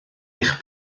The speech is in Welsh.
eich